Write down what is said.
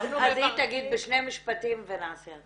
אז היא תגיד בשני משפטים, ונעשה הצבעה.